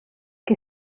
che